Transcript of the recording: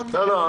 לא.